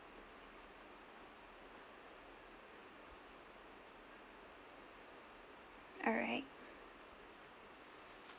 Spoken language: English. alright